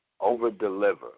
over-deliver